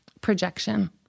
projection